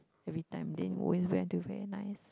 everytime then always wear until very nice